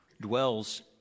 dwells